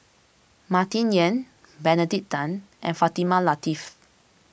Martin Yan Benedict Tan and Fatimah Lateef